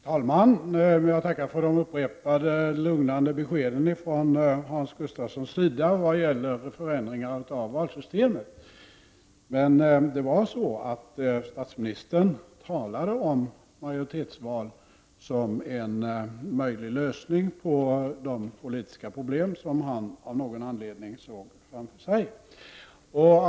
Herr talman! Jag tackar för de upprepade lugnande beskeden från Hans Gustafsson om förändringar av valsystemet. Men statsministern talade faktiskt om majoritetsval som en möjlig lösning på de politiska problem som han av någon anledning såg framför sig.